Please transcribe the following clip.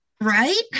right